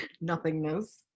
Nothingness